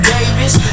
Davis